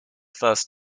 first